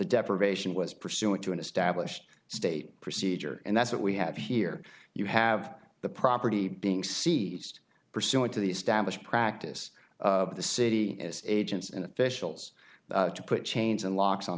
deprivation was pursuant to an established state procedure and that's what we have here you have the property being seized pursuant to the established practice of the city as agents and officials to put chains and locks on a